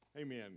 Amen